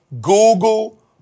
Google